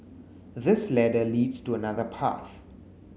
this ladder leads to another path